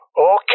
Okay